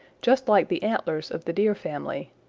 just like the antlers of the deer family.